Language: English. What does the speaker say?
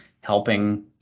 helping